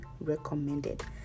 recommended